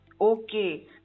Okay